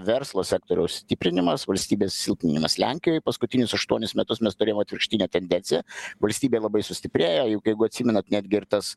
verslo sektoriaus stiprinimas valstybės silpninimas lenkijoje paskutinius aštuonis metus mes turėjom atvirkštinę tendenciją valstybė labai sustiprėjo juk jeigu atsimenat netgi ir tas